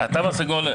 בתו הסגול,